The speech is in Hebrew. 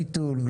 איטונג,